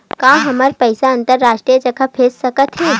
का हमर पईसा अंतरराष्ट्रीय जगह भेजा सकत हे?